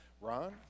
Ron